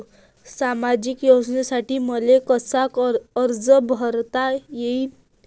सामाजिक योजनेसाठी मले कसा अर्ज करता येईन?